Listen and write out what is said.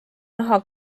naha